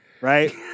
right